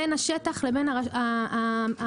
בין השטח לבין המשרדים,